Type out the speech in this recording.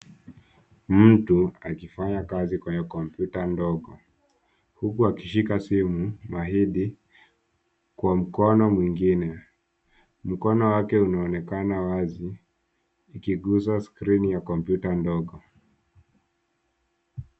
Mtu akifanya kazi kwenye kompyuta ndogo huku akishika simu mahidi kwa mkono mwingine. Mkono wake unaonekana wazi ikiguza skrini ya kompyuta ndogo.